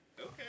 Okay